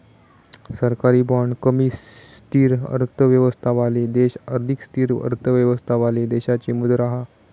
सरकारी बाँड कमी स्थिर अर्थव्यवस्थावाले देश अधिक स्थिर अर्थव्यवस्थावाले देशाची मुद्रा हा